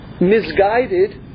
misguided